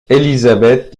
élisabeth